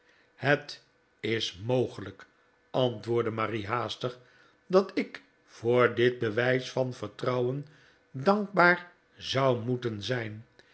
het is mogelijk antwoordde marie haastig dat ik voor ditbewijs van vertrouwen dankbaar zou moeten zijn